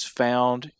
found